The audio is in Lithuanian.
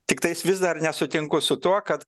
tiktais vis dar nesutinku su tuo kad